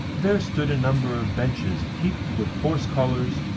there stood a number of benches heaped with horse-collars,